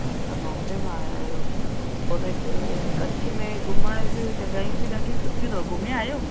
अछा बॉम्बे मां आया आहियो पोइ त हिते कच्छ में घुमण जूं जॻहियूं बि ॾाढियूं सुठियूं अथव घुमिया आहियो